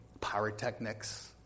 pyrotechnics